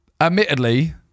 Admittedly